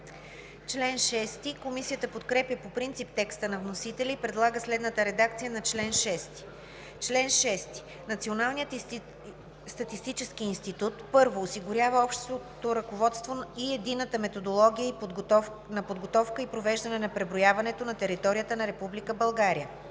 Комисията подкрепя по принцип текста на вносителя и предлага следната редакция на чл. 6: „Чл. 6. Националният статистически институт: 1. осигурява общото ръководство и единна методология на подготовката и провеждането на преброяването на територията на Република